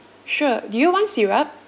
sure do you want syrup